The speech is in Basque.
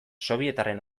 sobietarren